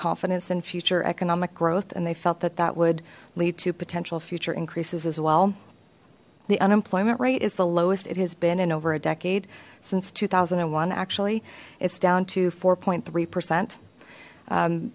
confidence in future economic growth and they felt that that would lead to potential future increases as well the unemployment rate is the lowest it has been in over a decade since two thousand and one actually it's down to four three percent